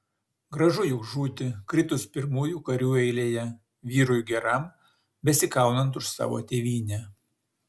gražu juk žūti kritus pirmųjų karių eilėje vyrui geram besikaunant už savo tėvynę